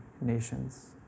nations